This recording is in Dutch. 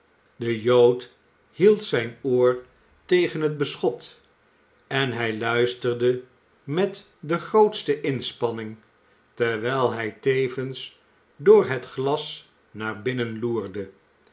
de jood hield zijn oor tegen het beschot en luisterde met de grootste inspanning terwijl hij tevens door het glas naar binnen loerde